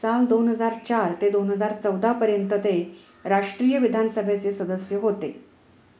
साल दोन हजार चार ते दोन हजार चौदापर्यंत ते राष्ट्रीय विधानसभेचे सदस्य होते